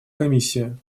комиссия